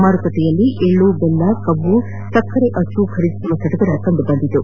ಮಾರುಕಟ್ನೆಯಲ್ಲಿ ಎಳ್ಳು ಬೆಲ್ಲ ಕಬ್ಬು ಸಕ್ಕರೆ ಅಚ್ಚು ಖರೀದಿಸುವ ಸಡಗರ ಕಂಡುಬಂದಿತು